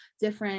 different